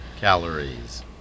calories